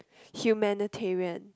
humanitarian